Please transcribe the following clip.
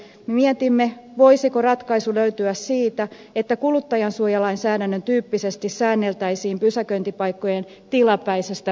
me mietimme voisiko ratkaisu löytyä siitä että kuluttajansuojalainsäädännön tyyppisesti säänneltäisiin pysäköintipaikkojen tilapäisestä vuokrasopimuksesta